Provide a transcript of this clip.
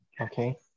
okay